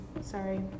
Sorry